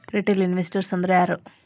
Retail investors ಅಂದ್ರಾ ಯಾರು?